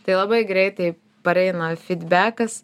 tai labai greitai pareina fydbekas